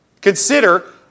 consider